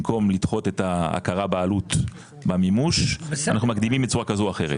במקום לדחות את ההכרה בעלות במימוש אנחנו מגדילים בצורה כזו או אחרת,